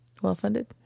Well-funded